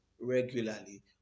regularly